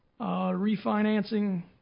refinancing